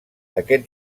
aquest